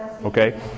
Okay